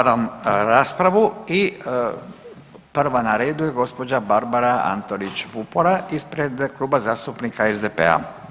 Otvaram raspravu i prva na redu je gđa. Barbara Antolić Vupora ispred Kluba zastupnika SDP-a.